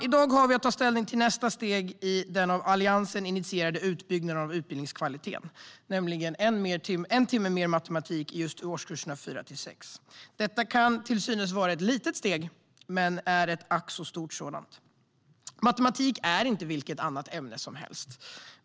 I dag har vi att ta ställning till nästa steg i den av Alliansen initierade utbyggnaden av utbildningskvaliteten, nämligen en timme mer matematik i årskurserna 4-6. Detta kan verka som ett litet steg men är ett ack så stort sådant. Matematik är inte som vilket annat ämne som helst.